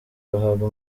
bahabwa